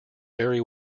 very